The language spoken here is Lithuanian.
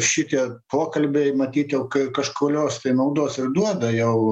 šitie pokalbiai matyt jau kai kažkurios tai naudos ir duoda jau